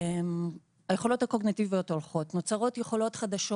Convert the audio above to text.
הרבה מהיכולות הקוגניטיביות הולכות ונוצרות יכולות חדשות.